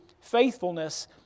faithfulness